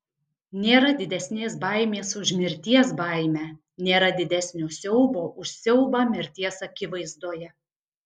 nėra didesnės baimės už mirties baimę nėra didesnio siaubo už siaubą mirties akivaizdoje